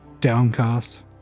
Downcast